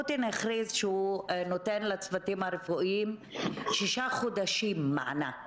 פוטין הכריז שהוא נותן לצוותים הרפואיים שישה חודשים מענק